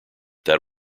that